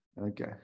Okay